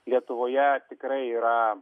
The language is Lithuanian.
lietuvoje tikrai yra